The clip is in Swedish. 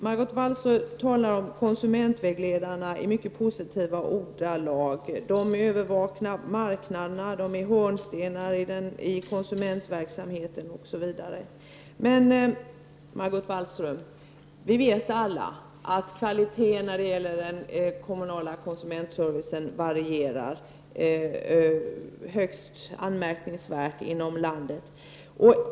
Margot Wallström talar om konsumentvägledarna i mycket positiva ordalag. De övervakar marknaderna, är hörnstenar i konsumentverksamheten osv. Men, Margot Wallström, vi vet alla att kvaliteten när det gäller den kommunala konsumentservicen varierar högst anmärkningsvärt i landet.